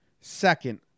second